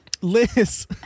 Liz